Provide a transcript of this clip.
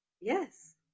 Yes